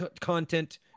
content